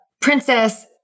princess